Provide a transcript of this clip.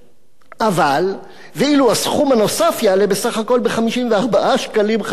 אבל "ואילו הסכום הנוסף יעלה בסך הכול ב-54 שקלים חדשים בלבד".